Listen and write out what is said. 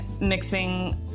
mixing